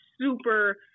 super